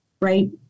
right